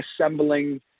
assembling